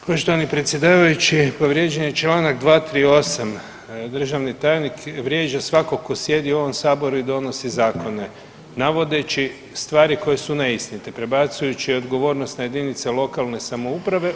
Poštovani predsjedavajući povrijeđen je Članak 238., državni tajnik vrijeđa svakog tko sjedi u ovom saboru i donosi zakone navodeći stvari koje su neistinite, prebacujući odgovornost na jedinice lokalne samouprave.